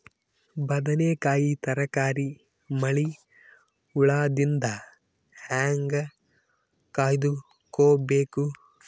ಬದನೆಕಾಯಿ ತರಕಾರಿ ಮಳಿ ಹುಳಾದಿಂದ ಹೇಂಗ ಕಾಯ್ದುಕೊಬೇಕು?